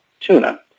tuna